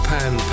Pan